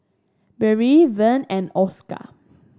Brielle Vern and Oscar